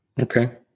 Okay